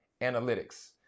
analytics